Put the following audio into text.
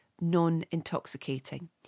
non-intoxicating